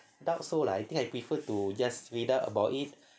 doubt so lah I think I prefer to read up about it